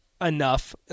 enough